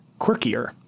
quirkier